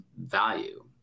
value